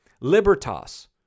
libertas